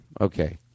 Okay